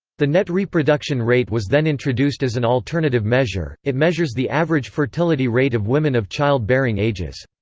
the net reproduction rate was then introduced as an alternative measure it measures the average fertility rate of women of child-bearing ages.